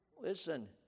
Listen